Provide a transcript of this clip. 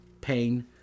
pain